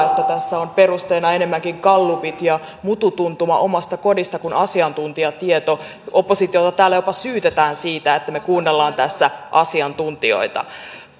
että tässä on perusteena enemmänkin gallupit ja mutu tuntuma omasta kodista kuin asiantuntijatieto kun oppositiota täällä jopa syytetään siitä että me kuuntelemme tässä asiantuntijoita